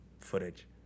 footage